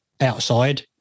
outside